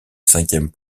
cinquième